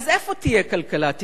איפה תהיה כלכלת ישראל?